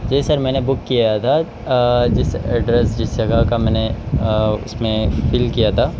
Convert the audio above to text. جی sir میں نے book کیا تھا جس ایڈریس جس جگہ کا میں نے اس میں فل کیا تھا